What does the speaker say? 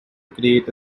create